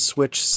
Switch